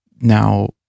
now